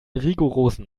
rigorosen